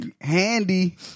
Handy